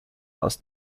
aus